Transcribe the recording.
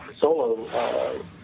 solo